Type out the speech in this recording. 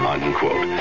Unquote